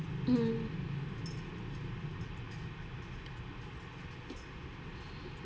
mm